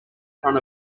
front